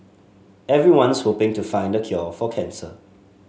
everyone's hoping to find the cure for cancer